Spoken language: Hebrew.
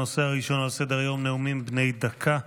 הנושא הראשון על סדר-היום, נאומים בני דקה.